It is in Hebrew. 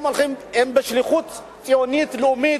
הם בשליחות ציונית לאומית,